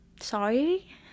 sorry